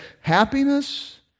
happiness